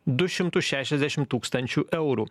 du šimtus šešiasdešim tūkstančių eurų